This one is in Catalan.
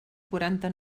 quaranta